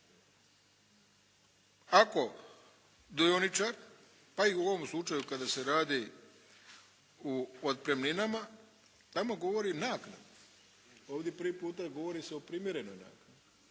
ako dioničar pa i u ovom slučaju kada se radi o otpremninama, tamo govori naknade, ovdje prvi puta govori se o primjerenoj naknadi